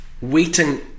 waiting